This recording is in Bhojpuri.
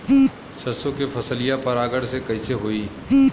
सरसो के फसलिया परागण से कईसे होई?